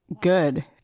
good